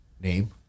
name